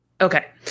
Okay